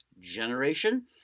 generation